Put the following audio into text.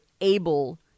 able